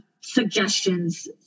suggestions